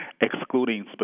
excluding